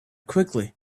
quickly